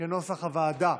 כנוסח הוועדה,